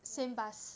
ya